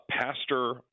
pastor